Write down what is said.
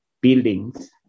buildings